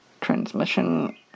transmission